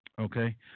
okay